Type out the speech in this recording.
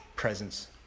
presence